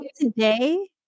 today